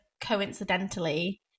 coincidentally